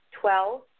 Twelve